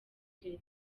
nshya